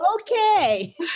okay